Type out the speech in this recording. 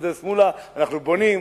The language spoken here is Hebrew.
צודק מולה: אנחנו בונים,